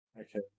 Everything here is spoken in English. Okay